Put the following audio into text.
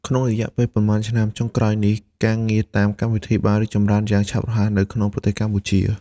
ក្នុងរយៈពេលប៉ុន្មានឆ្នាំចុងក្រោយនេះ ការងារតាមកម្មវិធីបានរីកចម្រើនយ៉ាងឆាប់រហ័សនៅក្នុងប្រទេសកម្ពុជា។